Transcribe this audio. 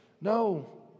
No